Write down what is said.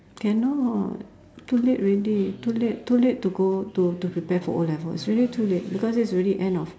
cannot too late already too late too late to go to to prepare for O-levels really too late because this is already end of